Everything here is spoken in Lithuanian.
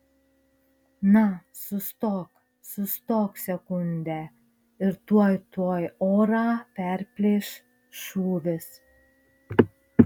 na sustok sustok sekundę ir tuoj tuoj orą perplėš šūvis